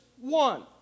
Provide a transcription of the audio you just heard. one